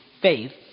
faith